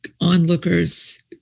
onlookers